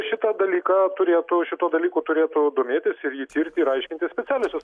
šitą dalyką turėtų šituo dalyku turėtų domėtis ir jį tirti ir aiškintis specialiosios